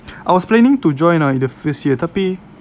I was planning to join ah in the first year tapi